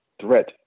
threat